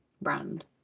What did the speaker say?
brand